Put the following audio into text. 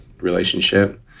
relationship